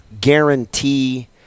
guarantee